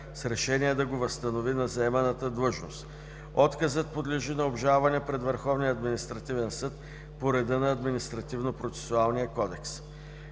с решение да го възстанови на заеманата длъжност. Отказът подлежи на обжалване пред Върховния административен съд по реда на Административнопроцесуалния кодекс.